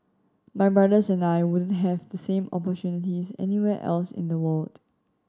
my brothers and I wouldn't have the same opportunities anywhere else in the world